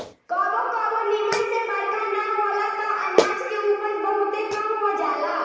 कबो कबो निमन से बरखा ना होला त अनाज के उपज बहुते कम हो जाला